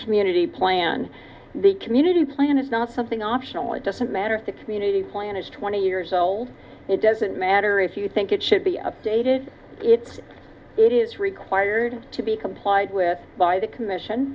community plan the community plan is not something optional it doesn't matter if a community plan is twenty years old it doesn't matter if you think it should be updated it's it is required to be complied with by the commission